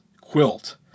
Quilt